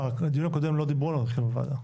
אז בדיון הקודם לא דיברו על הרכב הוועדה.